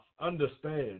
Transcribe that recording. Understand